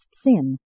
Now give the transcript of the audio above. sin